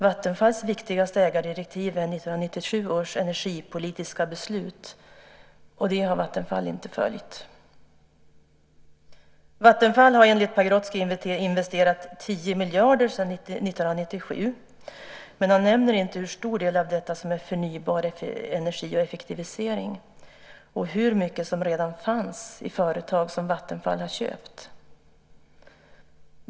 Vattenfalls viktigaste ägardirektiv är 1997 års energipolitiska beslut, och det har Vattenfall inte följt. Vattenfall har enligt Pagrotsky investerat 10 miljarder sedan 1997, men han nämner inte hur stor del av detta som är förnybar energi och effektivisering och hur mycket som redan fanns i företag som Vattenfall har köpt.